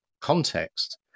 context